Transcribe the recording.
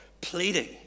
pleading